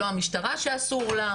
לא המשטרה שאסור לה,